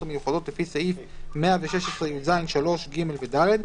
המיוחדות לפי סעיף 116יז3(ג) ו-(ד),